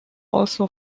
also